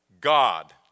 God